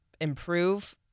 improve